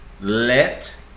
let